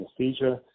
anesthesia